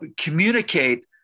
communicate